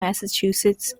massachusetts